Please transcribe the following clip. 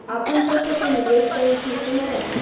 आपनपईसा के निवेस कईल ठीक रही का?